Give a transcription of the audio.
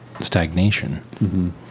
stagnation